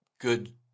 good